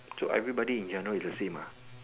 so everybody in general is the same mah